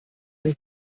den